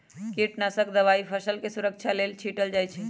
कीटनाशक दवाई फसलके सुरक्षा लेल छीटल जाइ छै